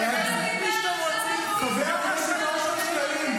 יכולתם לגייס את מי שאתם רוצים,